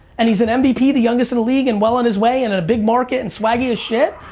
and he's an mvp, the youngest in the league and well on his way and in a big market and swaggy as shit?